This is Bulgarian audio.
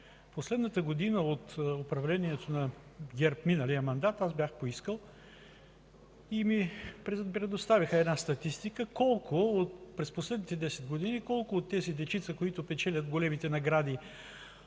последната година от управлението на ГЕРБ миналия мандат бях поискал и ми предоставиха статистика през последните десет години колко от децата, които печелят големите награди